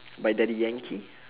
by daddy-yankee